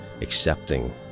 accepting